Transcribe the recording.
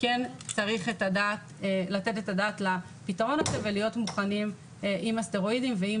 כן צריך לתת את הדעת לפתרון הזה ולהיות מוכנים עם הסטרואידים ועם